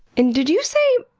and did you say,